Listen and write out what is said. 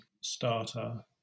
starter